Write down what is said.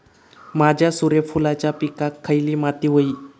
माझ्या सूर्यफुलाच्या पिकाक खयली माती व्हयी?